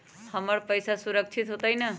हमर पईसा सुरक्षित होतई न?